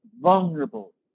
Vulnerable